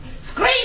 scream